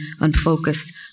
unfocused